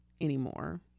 anymore